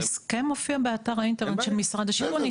ההסכם מופיע באתר האינטרנט של משרד השיכון.